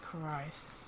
Christ